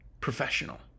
professional